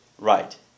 Right